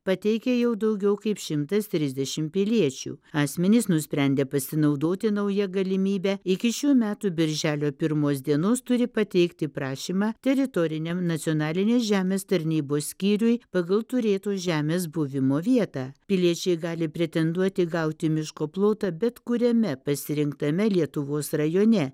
pateikė jau daugiau kaip šimtas trisdešim piliečių asmenys nusprendę pasinaudoti nauja galimybe iki šių metų birželio pirmos dienos turi pateikti prašymą teritoriniam nacionalinės žemės tarnybos skyriui pagal turėtos žemės buvimo vietą piliečiai gali pretenduoti gauti miško plotą bet kuriame pasirinktame lietuvos rajone